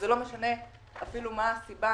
וזה לא משנה אפילו מה הסיבה,